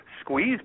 squeeze